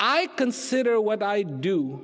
i consider what i do